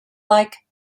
like